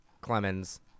clemens